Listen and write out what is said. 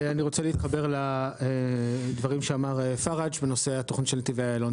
אני רוצה להתחבר לדברים שאמר פרג' בנושא התכנית של נתיבי איילון.